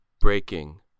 breaking